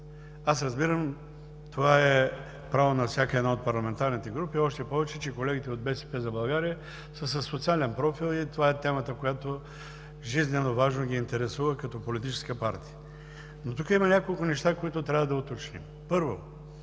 Аз разбирам – това е право на всяка една от парламентарните групи, още повече че колегите от „БСП за България“ са със социален профил и това е темата, която жизненоважно ги интересува като политическа партия, но тук има няколко неща, които трябва да уточним. Първо,